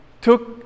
took